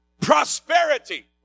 Prosperity